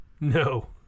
No